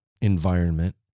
environment